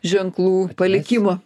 ženklų palikimo